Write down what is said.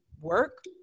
work